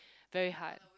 very hard